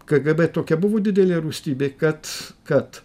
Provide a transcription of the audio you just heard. kgb tokia buvo didelė rūstybė kad kad